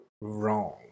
wrong